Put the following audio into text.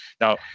Now